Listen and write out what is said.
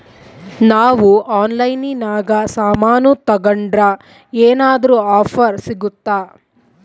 ನಾವು ಆನ್ಲೈನಿನಾಗ ಸಾಮಾನು ತಗಂಡ್ರ ಏನಾದ್ರೂ ಆಫರ್ ಸಿಗುತ್ತಾ?